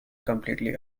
completely